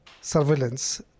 Surveillance